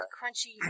Crunchy